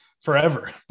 forever